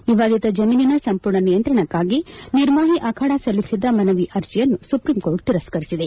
ವಿವಾದಿತ ಜಮೀನಿನ ಸಂಪೂರ್ಣ ನಿಯಂತ್ರಣಕ್ಕಾಗಿ ನಿರ್ಮೋಹಿ ಅಖಾಡ ಸಲ್ಲಿಸಿದ್ದ ಮನವಿ ಅರ್ಜೆಯನ್ನು ಸುಪ್ರೀಂಕೋರ್ಟ್ ತಿರಸ್ಕರಿಸಿದೆ